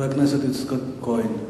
חבר הכנסת יצחק כהן.